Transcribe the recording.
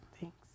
Thanks